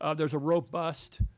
ah there's a robust